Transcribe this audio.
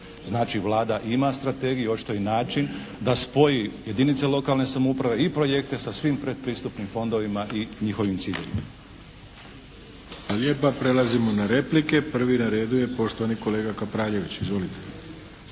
Znači, Vlada ima strategiju očito i način da spoji jedinice lokalne samouprave i projekte sa svim predpristupnim fondovima i njihovim ciljevima. **Arlović, Mato (SDP)** Hvala lijepa. Prelazimo na replike. Prvi na redu je poštovani kolega Kapraljević. Izvolite.